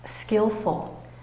skillful